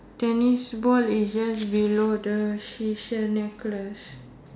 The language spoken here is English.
tennis ball is just below the seashell necklace